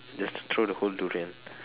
just throw the whole durian